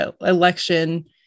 election